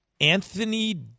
Anthony